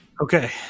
Okay